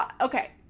Okay